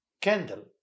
candle